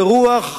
לרוח